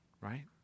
right